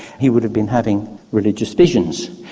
he would have been having religious visions.